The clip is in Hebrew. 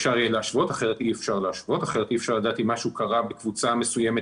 אפשר להשוות כי אחרת אי אפשר לדעת אם משהו קרה בקבוצה מסוימת